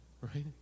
Right